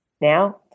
now